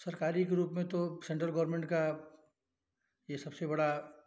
सरकारी ग्रुप में तो सेन्ट्रल गवर्नमेन्ट का यह सबसे बड़ा